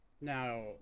now